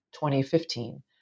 2015